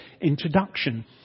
introduction